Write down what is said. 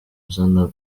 uzana